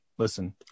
Listen